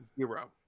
Zero